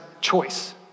choice